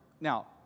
Now